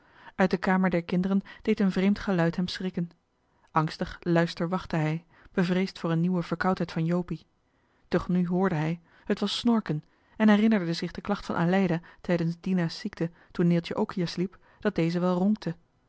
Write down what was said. uit de kamer der kinderen deed een vreemd geluid hem schrikken angstig luisterwachtte hij bevreesd voor een nieuwe verkoudheid van jopie doch nu hoorde hij het was snorken en herinnerde zich de klacht van aleida tijdens dina's ziekte toen neeltje ook hier sliep dat deze